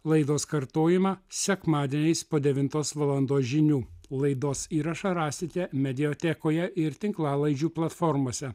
laidos kartojamą sekmadieniais po devintos valandos žinių laidos įrašą rasite mediatekoje ir tinklalaidžių platformose